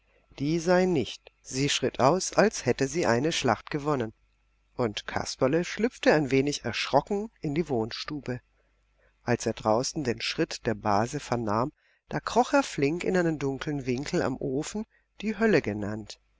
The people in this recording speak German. die sah ihn nicht sie schritt aus als hätte sie eine schlacht gewonnen und kasperle schlüpfte ein wenig erschrocken in die wohnstube als er draußen den schritt der base vernahm da kroch er flink in einen dunklen winkel am ofen die hölle genannt